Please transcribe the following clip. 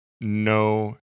no